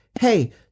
Hey